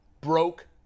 broke